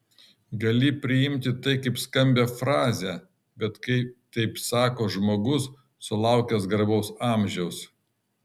gali priimti tai kaip skambią frazę bet kai taip sako žmogus sulaukęs garbaus amžiaus